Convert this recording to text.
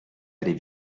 aller